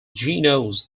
genoese